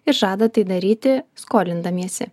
ir žada tai daryti skolindamiesi